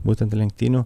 būtent lenktynių